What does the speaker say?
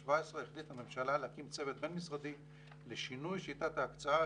317 החליטה הממשלה להקים צוות בין משרדי לשינוי שיטת ההקצאה